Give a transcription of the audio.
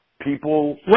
People